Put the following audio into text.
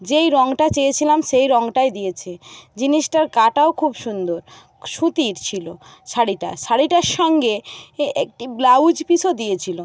যেই রংটা চেয়েছিলাম সেই রংটাই দিয়েছে জিনিসটার গাটাও খুব সুন্দর সুতির ছিল শাড়িটা শাড়িটার সঙ্গে একটি ব্লাউজ পিসও দিয়েছিল